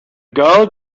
girl